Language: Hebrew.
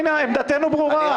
עמדתנו ברורה.